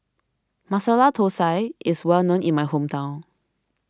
Masala Thosai is well known in my hometown